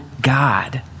God